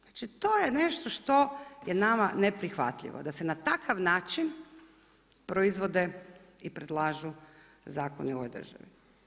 Znači to je nešto što je nama neprihvatljivo, da se na takav način proizvode i predlažu zakoni u ovoj državi.